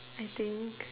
I think